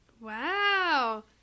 Wow